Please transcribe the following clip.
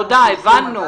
הבנו.